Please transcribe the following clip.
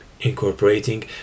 incorporating